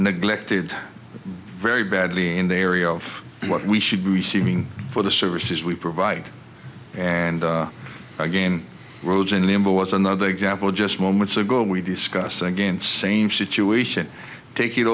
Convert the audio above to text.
neglected very badly in the area of what we should be receiving for the services we provide and again rose in limbo was another example just moments ago we discussed again same situation take it